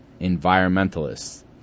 environmentalists